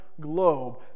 globe